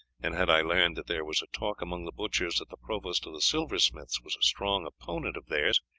and had i learned that there was a talk among the butchers that the provost of the silversmiths was a strong opponent of theirs,